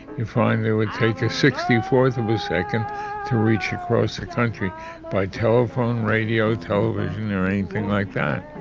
you'll find it would take a sixty fourth of a second to reach across the country by telephone, radio, television or anything like that